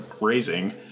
raising